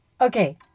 Okay